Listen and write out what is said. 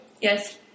Yes